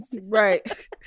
Right